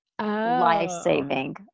life-saving